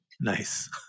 Nice